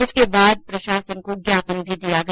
इसके बाद प्रशासन को ज्ञापन भी दिया गया